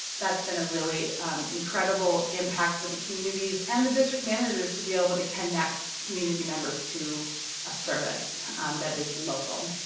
that's been a really incredible impact for the communities and district managers to be able but to connect community members to a service that is local.